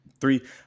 three